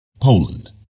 Poland